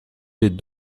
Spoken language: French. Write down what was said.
des